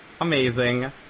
amazing